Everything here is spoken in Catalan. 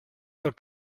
del